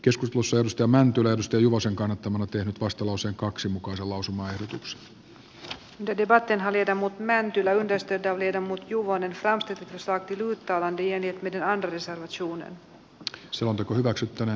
joskus museosta mäntylä nosti juvosen kannattamana tehnyt vastalauseen kaksi kohtuullisuutta arvioitaessa otetaan huomioon eri henkilöryhmiin kuuluvien osuus kaikista hakijoista mahdollisuus siirtyä opintoihin muutoin kuin yhteishaun kautta sekä muut näihin rinnastettavat seikat